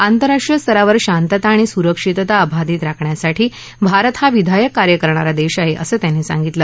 आतंरराष्ट्रीय स्तरावर शांतता आणि सुरक्षितता अबाधित राखण्यासाठी भारत हा विधायक कार्य करणारा देश आहे असं त्यांनी सांगितलं